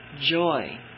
joy